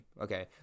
okay